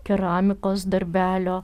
keramikos darbelio